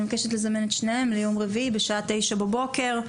אני מבקשת לזמן את שניהם ליום רביעי בשעה תשע בבוקר,